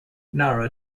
nara